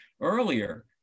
earlier